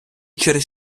через